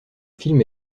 film